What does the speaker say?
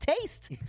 taste